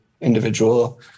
individual